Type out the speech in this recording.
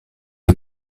est